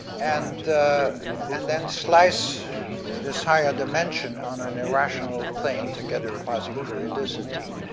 and and then slice this higher dimension on an irrational plane to get the quasiperiodicity.